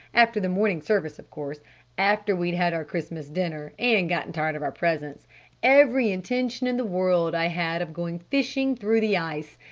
after the morning service, of course after we'd had our christmas dinner and gotten tired of our presents every intention in the world i had of going fishing through the ice.